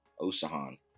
Osahan